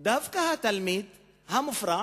דווקא התלמיד המופרע,